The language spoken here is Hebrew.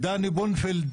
דני בונפיל,